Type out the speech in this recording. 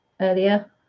earlier